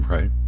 Right